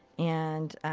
and,